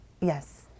yes